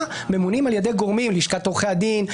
ממונים על ידי גורמים: לשכת עורכי הדין,